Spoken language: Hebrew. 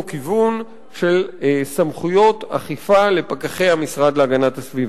כיוון של סמכויות אכיפה לפקחי המשרד להגנת הסביבה.